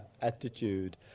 attitude